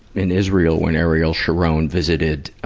in israel, when ariel sharon visited, ah,